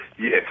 Yes